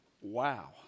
Wow